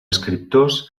escriptors